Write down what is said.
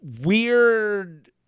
weird